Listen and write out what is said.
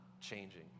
changing